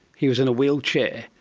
he was in a wheelchair,